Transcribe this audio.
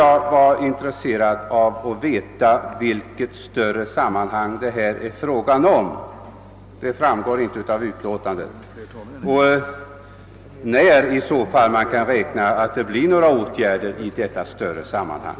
Jag skulle nu vilja veta vilket större sammanhang som åsyftas, ty det framgår inte av betänkandet, och i så fall när man kan räkna med att det vidtas några åtgärder i detta större sammanhang.